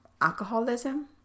alcoholism